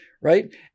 right